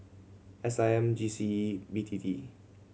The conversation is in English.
S I M G C E B T T